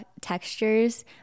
textures